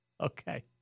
Okay